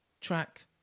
track